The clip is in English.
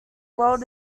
world